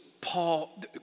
Paul